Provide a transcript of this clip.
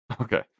okay